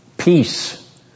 Peace